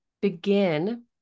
begin